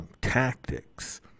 tactics